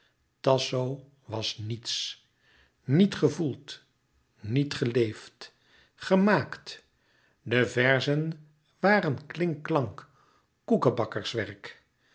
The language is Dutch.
tasso was niets niet gevoeld niet geleefd gemaakt de verzen waren klink klank koekebakkerswerk